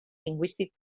lingüístic